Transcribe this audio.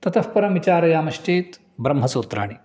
ततः परं विचारयामश्चेत् ब्रह्मसूत्राणि